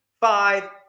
five